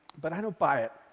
but i don't buy it.